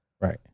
right